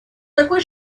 такой